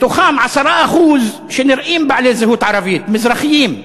מתוכם 10% שנראים בעלי זהות ערבית מזרחים.